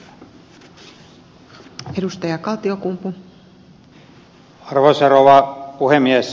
arvoisa rouva puhemies